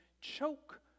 choke